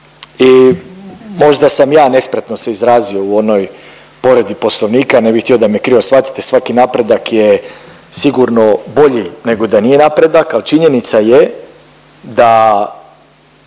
i možda sam ja nespretno se izrazio u onoj povredi poslovnika, ne bih htio da me krivo svatite. Svaki napredak je sigurno bolji nego da nije napredak, al činjenica je da